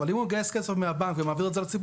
אבל אם הוא מגייס כסף מהבנק ומעביר את זה לציבור,